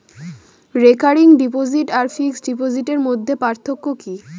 Recurring deposit আর fixed ডিপোজিটের মধ্যে পার্থক্য কি?